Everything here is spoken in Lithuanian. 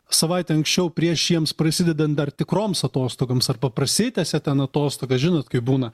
savaite anksčiau prieš jiems prasidedant dar tikroms atostogoms arba prasitęsia ten atostogas žinot kaip būna